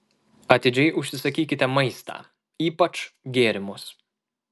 atidžiai užsisakykite maistą ypač gėrimus